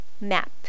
MAP